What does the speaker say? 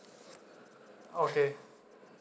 okay